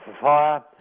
fire